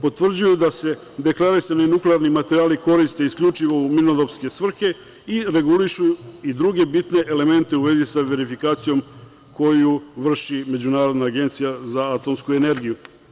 Potvrđuju da se deklarisani nuklearni materijali koriste isključivo u mirnodopske svrhe i regulišu i druge bitne elemente u vezi sa verifikacijom koju vrši Međunarodna agencija za atomsku energiju.